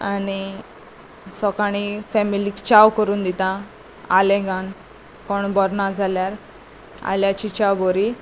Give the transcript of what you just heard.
आनी सोकाणी फॅमिलीक च्याव करून दिता आलें घालून कोण बरो ना जाल्यार आल्याची च्या बोरी